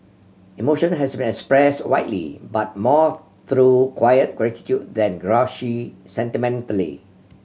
emotion has expressed widely but more through quiet gratitude than gushy sentimentality